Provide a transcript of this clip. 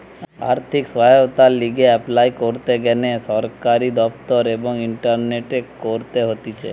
আর্থিক সহায়তার লিগে এপলাই করতে গ্যানে সরকারি দপ্তর এবং ইন্টারনেটে করতে হতিছে